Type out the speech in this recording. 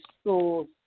schools